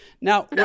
Now